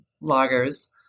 loggers